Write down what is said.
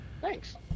Thanks